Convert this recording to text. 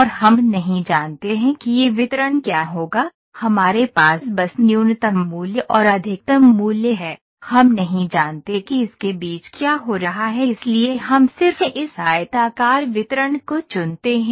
और हम नहीं जानते हैं कि यह वितरण क्या होगा हमारे पास बस न्यूनतम मूल्य और अधिकतम मूल्य है हम नहीं जानते कि इसके बीच क्या हो रहा है इसलिए हम सिर्फ इस आयताकार वितरण को चुनते हैं